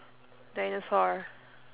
dinosaur